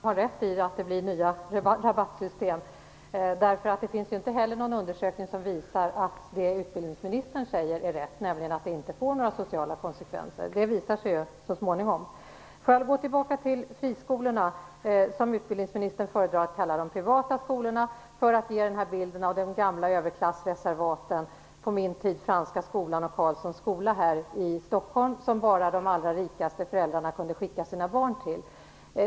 Herr talman! Jag hoppas att Carl Tham har rätt i att det blir nya rabattsystem, därför att det finns inte heller någon undersökning som visar att det utbildningsministern säger är rätt, nämligen att det inte får några sociala konsekvenser. Det visar sig ju så småningom. För att gå tillbaka till friskolorna, som utbildningsministern föredrar att kalla de privata skolorna, för att ge bilden av de gamla överklassreservaten, på min tid Franska skolan och Carlssons skola här i Stockholm, som bara de allra rikaste föräldrarna kunde skicka sina barn till.